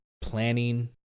planning